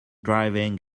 driving